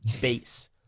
base